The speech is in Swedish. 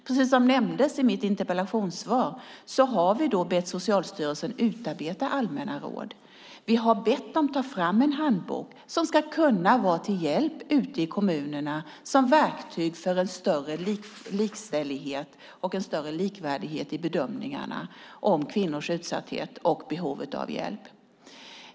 Precis som nämndes i mitt interpellationssvar har vi bett Socialstyrelsen att utarbeta allmänna råd. Vi har bett dem att ta fram en handbok som ska kunna vara till hjälp ute i kommunerna som verktyg för en större likställighet och likvärdighet i bedömningarna om kvinnors utsatthet och behovet av hjälp.